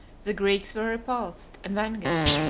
the greeks were repulsed and vanquished,